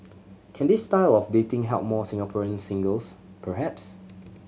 can this style of dating help more Singaporean singles perhaps